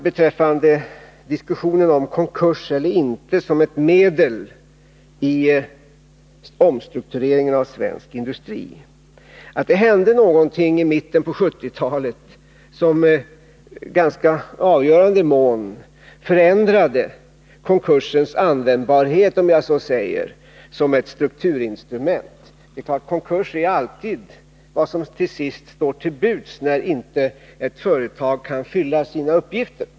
Beträffande diskussionen om konkurs som ett medel i omstruktureringen av svensk industri vill jag säga att det hände någonting i mitten på 1970-talet som i ganska avgörande mån förändrade konkursens ”användbarhet” som ett strukturinstrument. Konkurs är naturligtvis alltid vad som till sist står till buds, när ett företag inte kan fullgöra sina åtaganden.